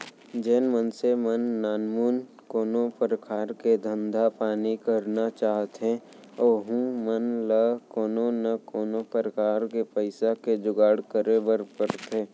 जेन मनसे मन नानमुन कोनो परकार के धंधा पानी करना चाहथें ओहू मन ल कोनो न कोनो प्रकार ले पइसा के जुगाड़ करे बर परथे